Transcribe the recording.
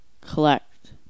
collect